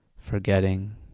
forgetting